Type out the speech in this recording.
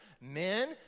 Men